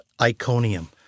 Iconium